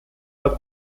hat